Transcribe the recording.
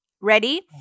ready